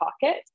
pocket